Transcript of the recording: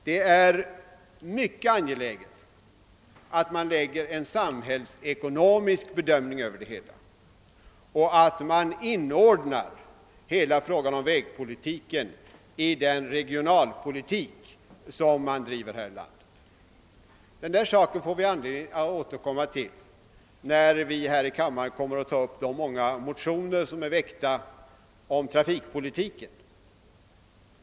Det är mycket angeläget att man anlägger en samhällsekonomisk bedömning på det hela och att man inordnar hela frågan om vägpolitiken i den regionalpolitik som drivs här i landet. Denna sak får vi anledning återkomma till, när vi här i kammaren skall behandla de många motioner som är väckta om trafikpolitiken.